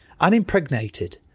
Unimpregnated